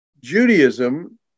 Judaism